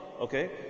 Okay